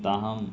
تاہم